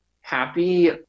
happy